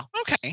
Okay